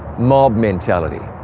mob mentality.